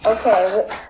Okay